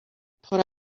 put